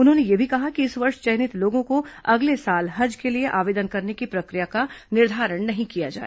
उन्होंने यह भी कहा है कि इस वर्ष चयनित लोगों को अगले साल हज के लिए आवेदन करने की प्रश्क्रिया का निर्धारण नहीं किया जाए